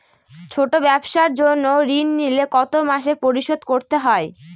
ছোট ব্যবসার জন্য ঋণ নিলে কত মাসে পরিশোধ করতে হয়?